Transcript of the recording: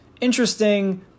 interesting